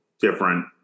different